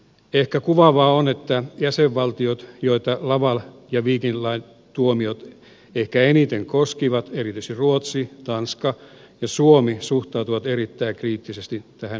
ehkä kuvaavaa on että ne jäsenvaltiot joita laval ja viking line tuomiot ehkä eniten koskivat erityisesti ruotsi tanska ja suomi suhtautuvat erittäin kriittisesti tähän ehdotukseen